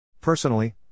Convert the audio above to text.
Personally